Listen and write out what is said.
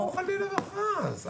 חלילה וחס.